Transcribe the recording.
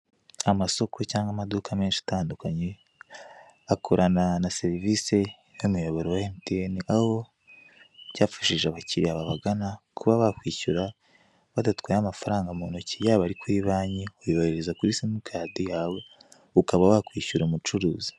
Amasoko cyangwa amaduka menshi atandukanye akorana na serivise y'imiyoboro ya MTN aho byafashije abakiriya babagana kuba bakwishyura badatwaye amafaranga mu ntoki yaba ari kuri banki uyohereza kuri simukadi yawe ukaba wakwishyura umucuruzi.